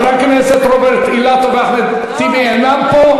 חברי הכנסת רוברט אילטוב ואחמד טיבי אינם פה,